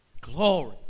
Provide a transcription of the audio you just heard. Glory